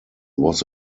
was